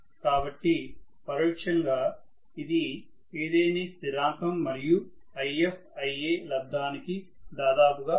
కాబట్టి పరోక్షంగా ఇది ఏదేని స్థిరాంకం మరియు If Ia లబ్దానికి దాదాపుగా సమానమవుతుంది